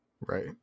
right